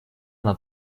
она